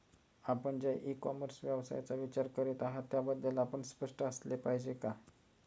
आपण ज्या e commerce व्यवसायाचा विचार करीत आहात त्याबद्दल आपण स्पष्ट असले पाहिजे का?